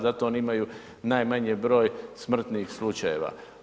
Zato oni imaju najmanji broj smrtnih slučajeva.